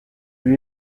lui